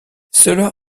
cela